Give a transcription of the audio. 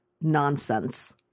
nonsense